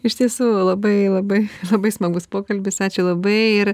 iš tiesų labai labai labai smagus pokalbis ačiū labai ir